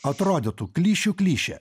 atrodytų klišių klišė